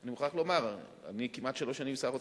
אני מוכרח לומר: אני כמעט שלוש שנים שר אוצר,